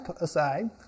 aside